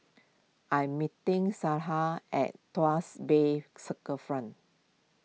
I am meeting at Tuas Bay Circle